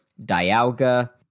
Dialga